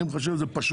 אני מחשב את זה פשוט.